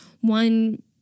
one